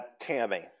Tammy